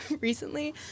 Recently